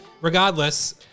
Regardless